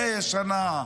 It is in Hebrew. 100 שנה,